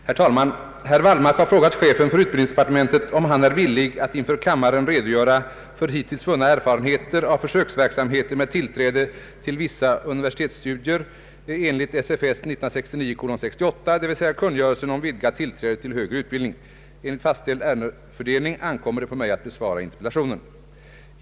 Herr talman! Herr Wallmark har frågat chefen för utbildningsdepartementet om han är villig att inför kammaren redogöra för hittills vunna erfaren heter av försöksverksamheten med tillträde till vissa universitetsstudier enligt SFS 1969:68, dvs. kungörelsen om vidgat tillträde till högre utbildning. Enligt fastställd ärendefördelning ankommer det på mig att besvara interpellationen.